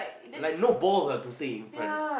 like no balls ah to say in front